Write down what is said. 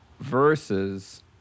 versus